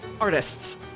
artists